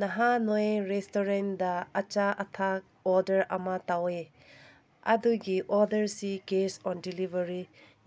ꯅꯍꯥꯟ ꯅꯣꯏ ꯔꯦꯁꯇꯨꯔꯦꯟꯗ ꯑꯆꯥ ꯑꯊꯛ ꯑꯣꯗꯔ ꯑꯃ ꯇꯧꯋꯦ ꯑꯗꯨꯒꯤ ꯑꯣꯗꯔꯁꯤ ꯀꯦꯁ ꯑꯣꯟ ꯗꯦꯂꯤꯚꯔꯤ